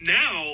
now